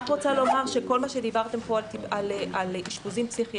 כל מה שדיברתם פה על אשפוזים פסיכיאטריים,